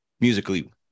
musically